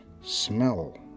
smell